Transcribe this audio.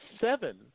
seven